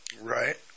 Right